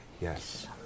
yes